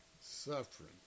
Suffering